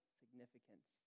significance